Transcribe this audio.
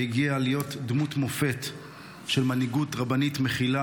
והגיע להיות דמות מופת של מנהיגות רבנית מכילה